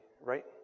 right